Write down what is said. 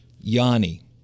Yanni